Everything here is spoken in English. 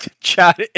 chat